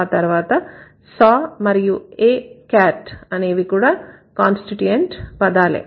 ఆ తర్వాత saw మరియు a cat అనేవి కూడా కాన్స్టిట్యూయెంట్ పదాలే